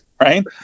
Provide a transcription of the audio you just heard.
Right